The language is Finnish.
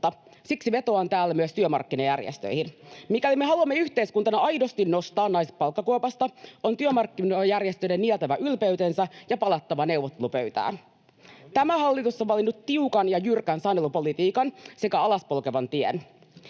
Siksi vetoan täällä myös työmarkkinajärjestöihin. Mikäli me haluamme yhteiskuntana aidosti nostaa naiset palkkakuopasta, on työmarkkinajärjestöjen nieltävä ylpeytensä ja palattava neuvottelupöytään. Tämä hallitus on valinnut tiukan ja jyrkän sanelupolitiikan sekä alaspolkevan tien.